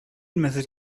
method